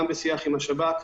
גם בשיח עם השב"כ,